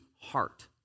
heart